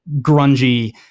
grungy